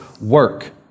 work